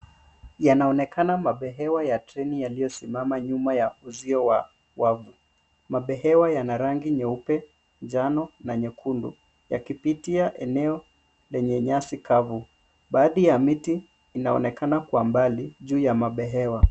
Yanaonekana mabehewa ya treni yaliyosimama nyuma ya uzio wa wavu. Mabehewa yana rangi nyeupe, njano na nyekundu yakipitia eneo lenye nyasi kavu. Baadhi ya miti inaonekana kwa mbali juu ya mabehewa.